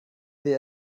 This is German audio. wer